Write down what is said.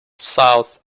south